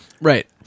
Right